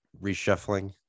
reshuffling